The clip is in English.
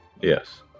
Yes